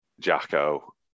Jacko